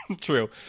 True